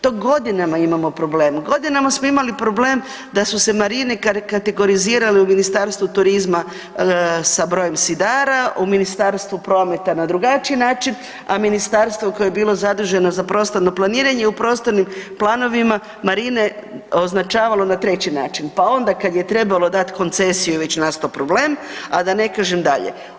To godinama imamo problem, godinama smo imali problem da su se marine kategorizirale u Ministarstvu turizma sa brojem sidara, u Ministarstvu prometa na drugačiji način, a ministarstvo koje je bilo zaduženo za prostorno planiranje u prostornim planovima marine označavalo na treći način, pa onda kada je trebalo dati koncesiju već je nastao problem, a da ne kažem dalje.